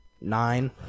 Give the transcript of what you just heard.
nine